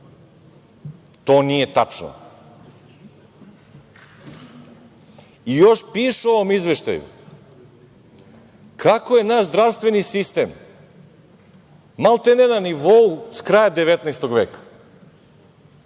To nije tačno. I još piše u ovom izveštaju kako je naš zdravstveni sistem maltene na nivou s kraja 19. veka.